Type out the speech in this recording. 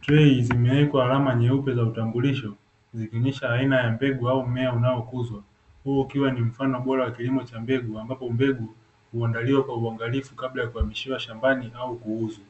trei zimewekwa alama nyeupe za utambulisho zikionyesha aina ya mbegu au mmea unaokuzwa, huu ukiwa ni mfano bora wa kilimo cha mbeambapo mbegu, huangaliwa kwa uangalifu kabla ya kuhamishiwa shambani au kuuzwa.